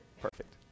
Perfect